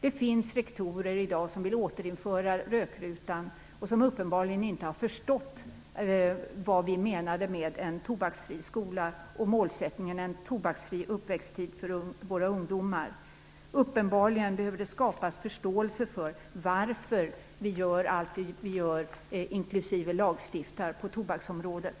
Det finns rektorer i dag som vill återinföra rökrutan och som uppenbarligen inte har förstått vad vi menade med en tobaksfri skola och målsättningen en tobaksfri uppväxt för våra ungdomar. Uppenbarligen behöver det skapas förståelse för varför vi gör allt vi gör, inklusive lagstiftar på tobaksområdet.